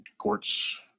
courts